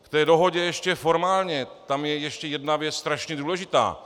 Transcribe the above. K té dohodě ještě formálně, tam je ještě jedna věc strašně důležitá.